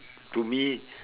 to me